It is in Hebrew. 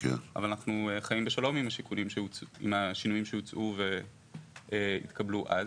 אבל אנחנו חיים בשלום עם השינויים שהוצעו והתקבלו אז.